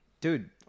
dude